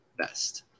best